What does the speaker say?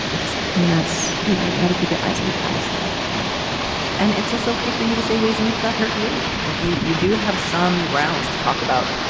exactly. and that's you know you have to keep your eyes on the prize there. right and it's also ok for you to say ways in which that hurt you like you you do have some grounds to talk about.